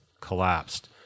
collapsed